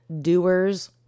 doers